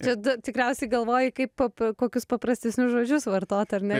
čia da tikriausiai galvoji kaip pap kokius paprastesnius žodžius vartot ar ne